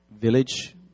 village